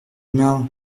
mains